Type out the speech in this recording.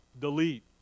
Delete